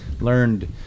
learned